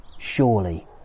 Surely